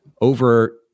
over